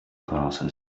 glasses